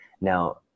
Now